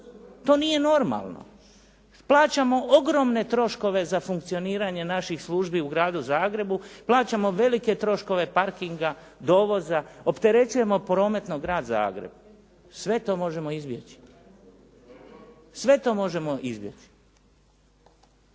To nije normalno. Plaćamo ogromne troškove za funkcioniranje naših službi u Gradu Zagrebu plaćamo velike troškove parkinga, dovoza, opterećujemo prometno Grad Zagreb. Sve to možemo izbjeći. Sve to možemo izbjeći.